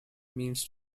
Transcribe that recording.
means